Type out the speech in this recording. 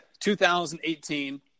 2018